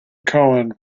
cohen